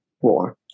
war